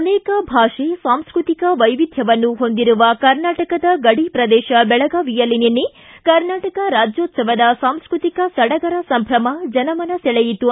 ಅನೇಕ ಭಾಷೆ ಸಾಂಸ್ಟತಿಕ ವೈವಿಧ್ಯವನ್ನು ಹೊಂದಿರುವ ಕರ್ನಾಟಕದ ಗಡಿ ಪ್ರದೇಶ ಬೆಳಗಾವಿಯಲ್ಲಿ ನಿನ್ನೆ ಕರ್ನಾಟಕ ರಾಜ್ಯೋತ್ಸವದ ಸಾಂಸ್ಟತಿಕ ಸಡಗರ ಸಂಭ್ರಮ ಜನಮನ ಸೆಳೆಯಿತು